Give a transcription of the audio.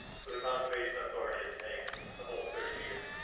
so the conservation authority is saying a whole thirty meters,